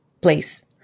place